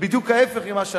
בדיוק מה שאני